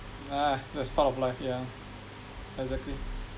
ah that's part of life yeah exactly